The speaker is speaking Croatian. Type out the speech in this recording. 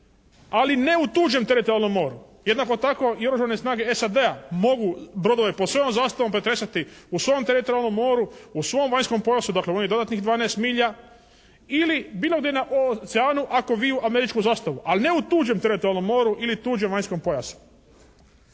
ali ne u tuđem teritorijalnom moru. Jednako tako i Oružane snage SAD-a mogu brodove pod svojom zastavom pretresati u svojem teritorijalnom moru, u svom vanjskom pojasu dakle onih dodatnih 12 milja ili bilo gdje na oceanu ako viju američku zastavu, ali u tuđem teritorijalnom moru ili tuđem vanjskom pojasu.